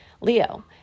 Leo